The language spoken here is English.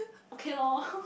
okay loh